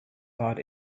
pod